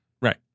Right